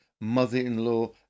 mother-in-law